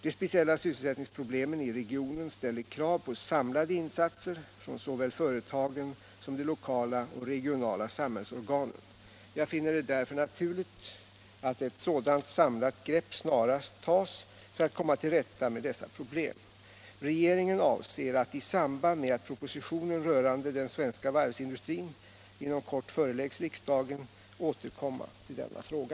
De speciella sysselsättningsproblemen i regionen ställer krav på samlade insatser från såväl företagen som de lokala och regionala samhällsorganen. Jag finner det därför naturligt att ett sådant samlat grepp snarast tas för att komma till rätta med dessa problem. Regeringen avser att, i samband med att propositionen rörande den svenska varvsindustrin inom kort föreläggs riksdagen, återkomma till denna fråga.